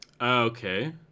Okay